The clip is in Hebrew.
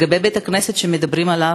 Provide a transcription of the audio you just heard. לגבי בית-הכנסת שמדברים עליו,